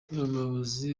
umuyobozi